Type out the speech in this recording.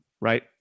right